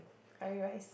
curry rice